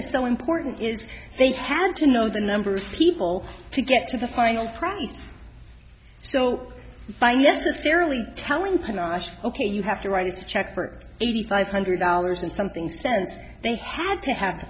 is so important is they had to know the numbers of people to get to the final price so by necessarily telling panache ok you have to write a check for eighty five hundred dollars and something cents they have to have